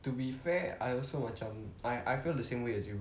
to be fair I also macam I I feel the same way as you